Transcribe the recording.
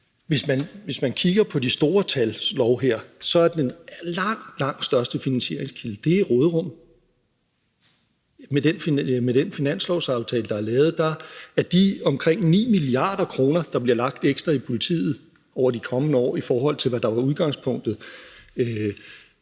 Hvis man kigger på de store tals lov her, er langt, langt den største finansieringskilde råderummet. Med den finanslovsaftale, der er lavet, er de omkring 9 mia. kr., der bliver lagt ekstra hos politiet over de kommende år i forhold til, hvad der var udgangspunktet